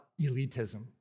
elitism